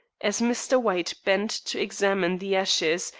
as mr. white bent to examine the ashes,